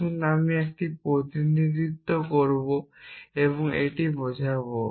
আসুন আমি একটি প্রতিনিধিত্ব করব এবং এটি বোঝাব